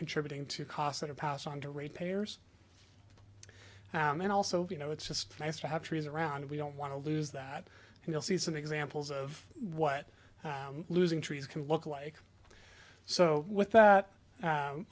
contributing to costs that are passed on to ratepayers and also you know it's just nice to have trees around we don't want to lose that and you'll see some examples of what losing trees can look like so with that